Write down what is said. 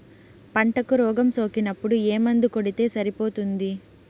పంటకు రోగం సోకినపుడు ఏ మందు కొడితే సరిపోతుంది?